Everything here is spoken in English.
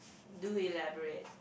do elaborate